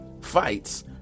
fights